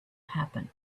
happen